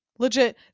Legit